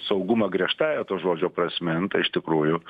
saugumą griežtąja to žodžio prasme nu tai iš tikrųjų